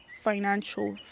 financial